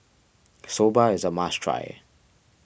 Soba is a must try